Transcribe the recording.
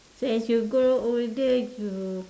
so as you grow older you